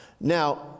Now